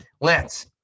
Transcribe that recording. Lance